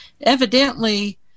evidently